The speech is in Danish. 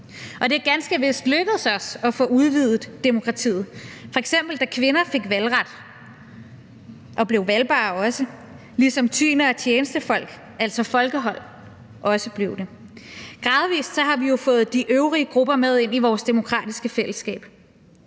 Det er ganske vist lykkedes os at få udvidet demokratiet, f.eks. da kvinder fik valgret og også blev valgbare, ligesom tyende og tjenestefolk, altså folkehold, også blev det. Gradvis har vi jo fået de øvrige grupper med ind i vores demokratiske fællesskab,